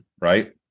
right